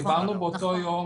דיברנו באותו יום